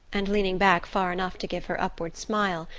and leaning back far enough to give her upward smile,